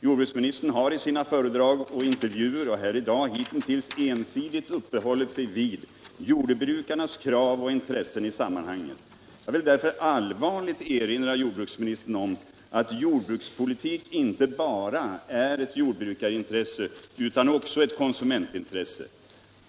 Jordbruksministern har i sina föredrag och intervjuer och här i dag hitintills ensidigt uppehållit sig vid jordbrukarnas krav och intressen i sammanhanget. Jag vill därför allvarligt erinra jordbruksministern om 49 att jordbrukspolitik inte bara är ett jordbrukarintresse utan också ett konsumentintresse.